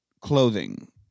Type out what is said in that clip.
clothing